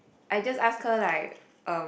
I just ask her like um